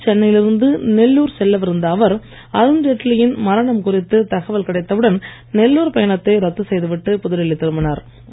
இன்று சென்னையில் இருந்து நெல்லூர் செல்லவிருந்த அவர் அருண்ஜெட்லியின் மரணம் குறித்து தகவல் கிடைத்தவுடன் நெல்லூர் பயணத்தை ரத்து செய்து விட்டு புதுடெல்லி திரும்பினார்